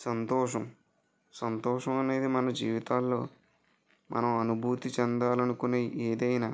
సంతోషం సంతోషం అనేది మన జీవితాల్లో మనం అనుభూతి చెందాలనుకునే ఏదైనా